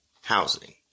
housing